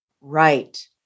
right